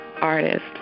artist